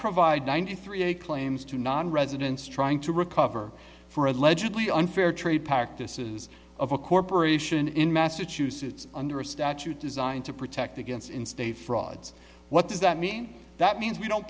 provide ninety three claims to nonresidents trying to recover for allegedly unfair trade practices of a corporation in massachusetts under a statute designed to protect against in state frauds what does that mean that means we don't